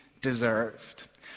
deserved